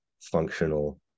functional